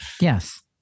Yes